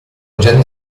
gianni